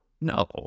No